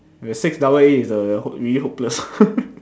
the six double a is uh hope~ really hopeless